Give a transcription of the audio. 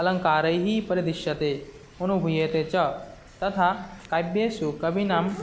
अलङ्कारैः परीदृश्यते अनुभूयते च तथा काव्येषु कवीनां